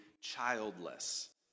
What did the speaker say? childless